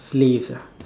slaves ah